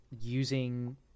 using